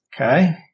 Okay